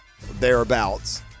thereabouts